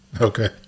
Okay